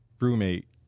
roommate